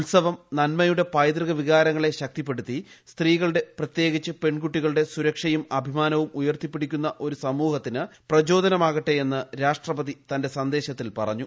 ഉത്സവം നന്മയുടെ പൈതൃക വികാരങ്ങളെ ശക്തിപ്പെടുത്തി സ്ത്രീകളുടെ പ്രത്യേകിച്ച് പെൺകുട്ടികളുടെ സുരക്ഷയും അഭിമാനവും ഉയർത്തിപിടിക്കുന്ന ഒരു സമൂഹത്തിന് പ്രചോദനമാകട്ടെ എന്ന് രാഷ്ട്രപതി തന്റെ സന്ദേശത്തിൽ പറഞ്ഞു